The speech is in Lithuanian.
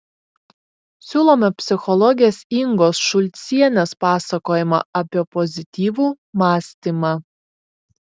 siūlome psichologės ingos šulcienės pasakojimą apie pozityvų mąstymą